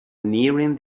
nearing